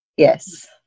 Yes